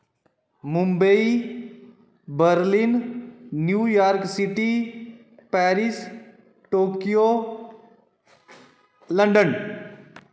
Mumbai Berlin New York City Paris Tokyo London